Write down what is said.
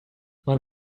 man